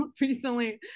recently